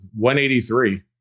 183